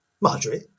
Marjorie